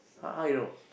how how you know